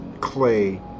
clay